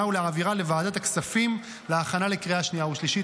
ולהעבירה לוועדת הכספים להכנה לקריאה שנייה ושלישית.